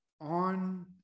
on